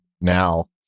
now